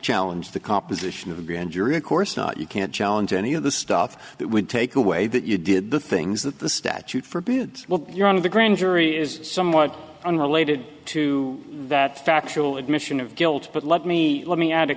challenge the composition of a grand jury of course not you can't challenge any of the stuff that would take away that you did the things that the statute forbids while you're on the grand jury is somewhat unrelated to that factual admission of guilt but let me let me